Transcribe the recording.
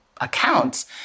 accounts